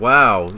Wow